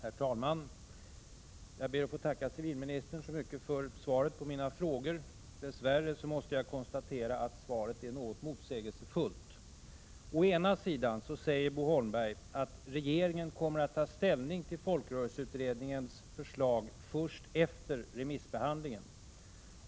Herr talman! Jag ber att få tacka civilministern för svaret på mina frågor. Dess värre måste jag konstatera att svaret är något motsägelsefullt. Å ena sidan säger Bo Holmberg att regeringen kommer att ta ställning till folkrörelseutredningens förslag först efter remissbehandlingen.